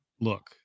look